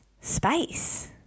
space